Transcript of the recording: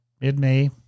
mid-May